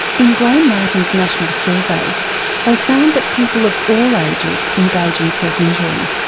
in graham martin's national survey they found that people of all ages engage in self injury.